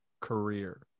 career